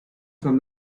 from